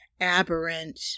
aberrant